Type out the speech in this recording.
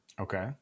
Okay